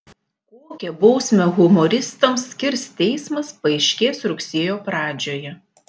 kokią bausmę humoristams skirs teismas paaiškės rugsėjo pradžioje